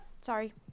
sorry